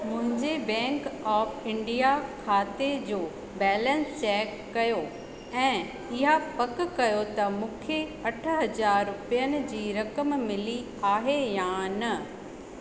मुंहिंजे bank of India खाते जो बैलेंस चेक कयो ऐं इहा पक कयो त मूंखे अठ हज़ार रुपियनि जी रक़म मिली आहे या न